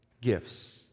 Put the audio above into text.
gifts